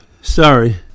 Sorry